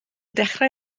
dechrau